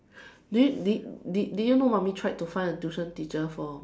did did did you know mommy tried and find a tuition teacher for